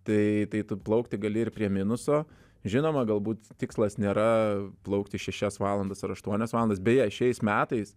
tai tai tu plaukti gali ir prie minuso žinoma galbūt tikslas nėra plaukti šešias valandas ar aštuonias valandas beje šiais metais